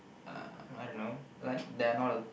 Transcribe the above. uh I don't know like there are not